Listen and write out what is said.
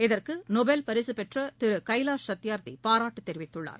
இதற்கு நோபல் பரிசுப்பெற்ற திரு கைலாஷ் சாத்தியார்த்தி பாராட்டு தெரிவித்துள்ளார்